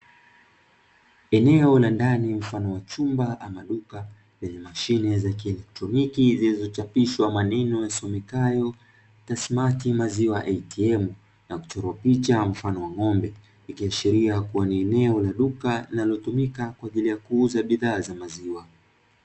Eneo la ndani mfano wa chumba ama duka yenye mashine za kielektroniki zilizochapishwa maneno yasomekayo tasmati maziwa atm, na kuchorwa picha mfano wa ng'ombe, ikiashiria kuwa ni eneo la duka linalotumika kwaajili ya kuuza bidhaa za maziwa.